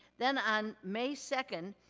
then, on may second,